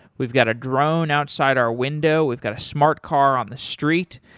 we've got a drone outside our window, we've got a smart car on the street.